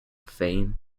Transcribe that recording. fame